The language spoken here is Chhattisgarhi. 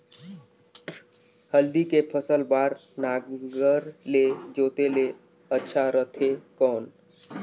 हल्दी के फसल बार नागर ले जोते ले अच्छा रथे कौन?